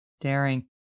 Daring